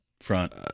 Front